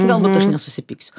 galbūt aš nesusipyksiu